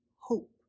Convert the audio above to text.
hope